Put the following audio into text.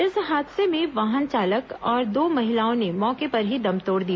इस हादसे में वाहन चालक और दो महिलाओं ने मौके पर ही दम तोड़ दिया